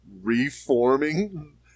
reforming